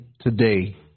today